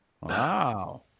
Wow